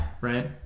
Right